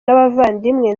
n’abavandimwe